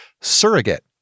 Surrogate